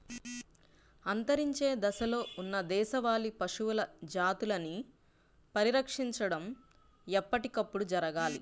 అంతరించే దశలో ఉన్న దేశవాళీ పశువుల జాతులని పరిరక్షించడం ఎప్పటికప్పుడు జరగాలి